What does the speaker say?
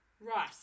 Right